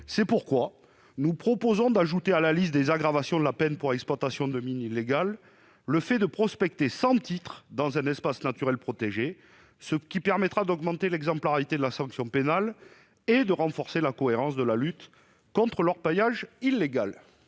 C'est pourquoi nous proposons d'ajouter à la liste des facteurs d'aggravation de la peine encourue en cas d'exploitation de mine illégale, le fait de prospecter sans titre dans un espace naturel protégé, ce qui permettra d'augmenter l'exemplarité de la sanction pénale et de renforcer la cohérence de la lutte contre l'orpaillage illégal